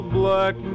black